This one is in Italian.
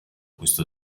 questo